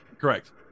Correct